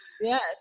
Yes